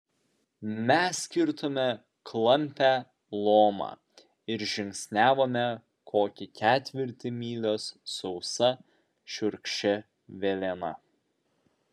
mes kirtome klampią lomą ir žingsniavome kokį ketvirtį mylios sausa šiurkščia velėna